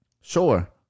Sure